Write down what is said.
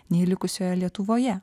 nei likusioje lietuvoje